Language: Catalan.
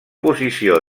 posició